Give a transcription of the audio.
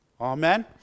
amen